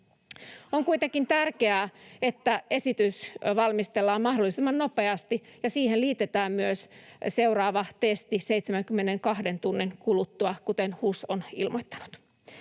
On kuitenkin tärkeää, että esitys valmistellaan mahdollisimman nopeasti ja siihen liitetään myös seuraava testi 72 tunnin kuluttua, kuten HUS on ilmoittanut.